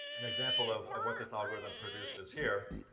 an example of of what this algorithm produced is here